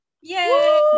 yay